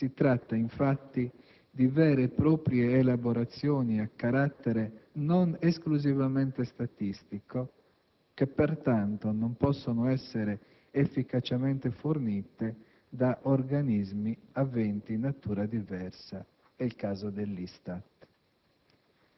Si tratta, infatti, di vere e proprie elaborazioni a carattere non esclusivamente statistico, che, pertanto, non possono essere efficacemente fornite da organismi aventi natura diversa (è il caso dell'ISTAT).